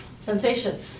sensation